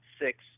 six